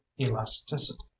elasticity